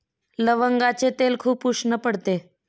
लवंगाचे तेल खूप उष्ण पडते